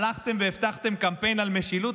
הלכתם והבטחתם קמפיין על משילות,